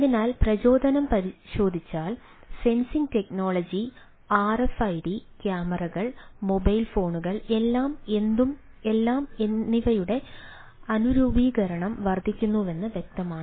അതിനാൽ പ്രചോദനം പരിശോധിച്ചാൽ സെൻസിംഗ് ടെക്നോളജി ആർഎഫ്ഐഡി ക്യാമറകൾ മൊബൈൽ ഫോണുകൾ എല്ലാം എന്തും എല്ലാം എന്നിവയുടെ അനുരൂപീകരണം വർദ്ധിക്കുന്നുവെന്ന് വ്യക്തമാണ്